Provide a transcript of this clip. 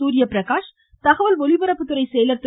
சூரியப்பிரகாஷ் தகவல் ஒலிபரப்புத்துறை செயலர் திரு